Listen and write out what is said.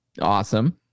awesome